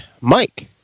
Mike